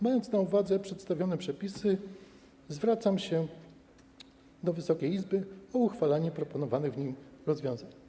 Mając na uwadze przedstawione przepisy, zwracam się do Wysokiej Izby o uchwalenie proponowanych rozwiązań.